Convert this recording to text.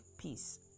peace